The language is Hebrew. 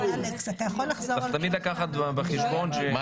צריך תמיד לקחת בחשבון ש- -- אלכס,